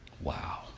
Wow